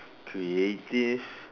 creative